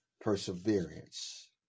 perseverance